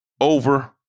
over